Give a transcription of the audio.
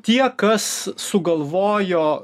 tie kas sugalvojo